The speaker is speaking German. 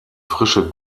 frische